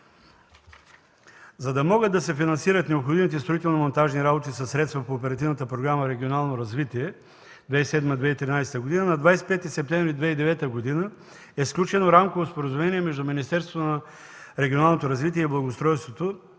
За да могат да се финансират необходимите строително-монтажни работи със средства по Оперативна програма „Регионално развитие” 2007-2013 г., на 25 септември 2009 г. е сключено Рамково споразумение между Министерството на регионалното развитие и благоустройството